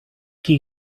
qui